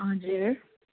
हजुर